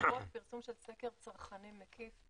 לרבות פרסום של סקר צרכנים מקיף.